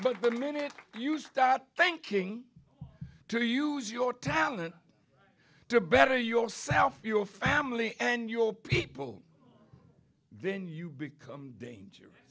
but the minute you start thinking to use your talent to better yourself your family and your people then you become danger